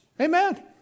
Amen